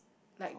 like